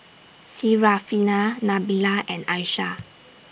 Syarafina Nabila and Aishah